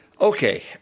Okay